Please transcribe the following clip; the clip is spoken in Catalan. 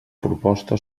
proposta